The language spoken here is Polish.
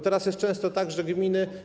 Teraz jest często tak, że gminy.